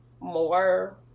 more